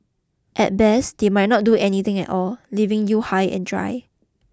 at best they might not do anything at all leaving you high and dry